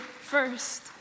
first